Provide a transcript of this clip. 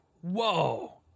whoa